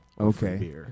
okay